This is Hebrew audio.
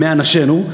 מאנשינו,